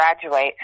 graduate